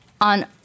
On